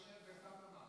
שם,